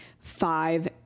five